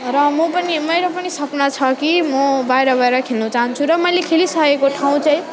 र म पनि मेरो पनि सपना छ कि म बाहिर बाहिर खेल्नु चाहन्छु र मैले खेलिसकेको ठाउँ चाहिँ